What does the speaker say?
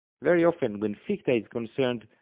very often when ficta is concerned,